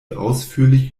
ausführlich